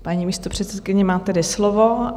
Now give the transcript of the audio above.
Paní místopředsedkyně má tedy slovo.